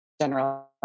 general